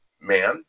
man